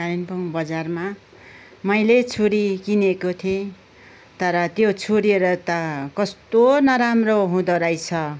कालिम्पोङ बजारमा मैले छुरी किनेको थिएँ तर त्यो छुरी र त कस्तो नराम्रो हुँदो रहेछ